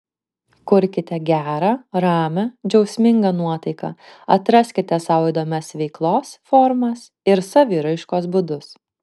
kurkite gerą ramią džiaugsmingą nuotaiką atraskite sau įdomias veiklos formas ir saviraiškos būdus